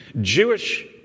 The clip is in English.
Jewish